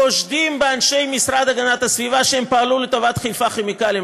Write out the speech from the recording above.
חושדים באנשי משרד הגנת הסביבה שהם פעלו לטובת חיפה כימיקלים.